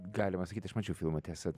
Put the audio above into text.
galima sakyt aš mačiau filmą tiesa